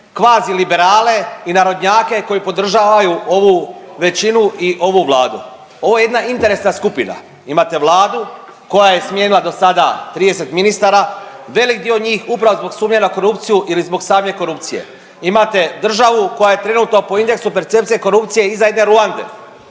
kvazi liberale i narodnjake koji podržavaju ovu većinu i ovu Vladu. Ovo je jedna interesna skupina, imate Vladu koja je smijenila dosada 30 ministara, velik dio njih upravo zbog sumnje na korupciju ili zbog same korupcije. Imate državu koja je trenutno po indeksu percepcije korupcije iza jedne Ruande,